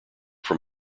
from